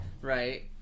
right